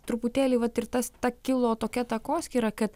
truputėlį vat ir tas ta kilo tokia takoskyra kad